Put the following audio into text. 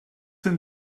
sydd